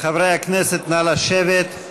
חברי הכנסת, נא לשבת.